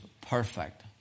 perfect